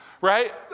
right